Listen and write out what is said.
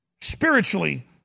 spiritually